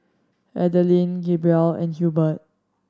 Adaline Gabrielle and Hubert